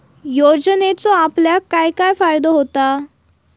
योजनेचो आपल्याक काय काय फायदो होता?